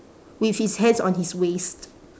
with his hands on his waist